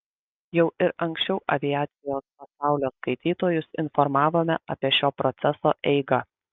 jau ir anksčiau aviacijos pasaulio skaitytojus informavome apie šio proceso eigą